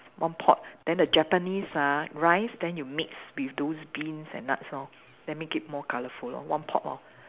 one pot then the Japanese ah rice then you mix with those beans and nuts lor then make it more colourful lor one pot lor